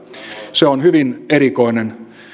se on hyvin erikoinen